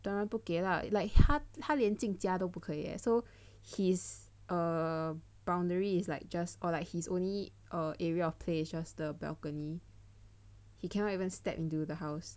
当然不给 lah like 他连进家都不可以 eh so he's err boundary is like just or like he's only err area of play is just the balcony he cannot even step into the house